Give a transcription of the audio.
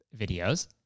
videos